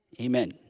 Amen